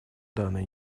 данной